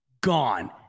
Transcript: gone